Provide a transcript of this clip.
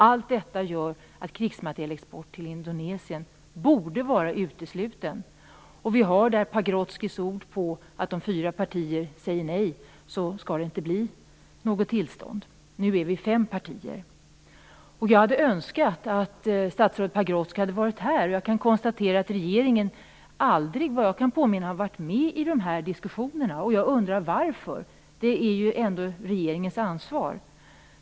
Allt detta gör att krigsmaterielexport till Indonesien borde vara utesluten. Vi har Leif Pagrotskys ord på att om fyra partier säger nej så skall det inte bli något tillstånd. Nu är vi fem partier. Jag hade önskat att statsrådet Pagrotsky hade varit här. Jag kan konstatera att regeringen aldrig, såvitt jag kan påminna mig, har varit med i dessa diskussioner. Jag undrar varför. Det är ju ändå regeringens ansvar.